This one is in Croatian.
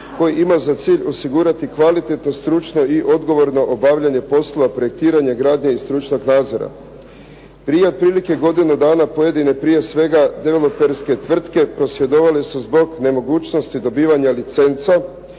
koji ima za cilj osigurati kvalitetno, stručno i odgovorno obavljanje poslova projektiranja, gradnje i stručnog nadzora. Prije otprilike godinu dana pojedine prije svega devaloperske tvrtke prosvjedovale su zbog nemogućnosti dobivanja licenca